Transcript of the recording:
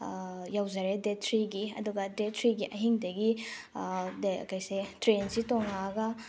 ꯌꯧꯖꯔꯦ date ꯊ꯭ꯔꯤꯒꯤ ꯑꯗꯨꯒ date ꯊ꯭ꯔꯤꯒꯤ ꯑꯍꯤꯡꯗꯒꯤ ꯇ꯭ꯔꯦꯟꯁꯦ ꯇꯣꯡꯉꯛꯑꯒ